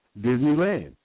Disneyland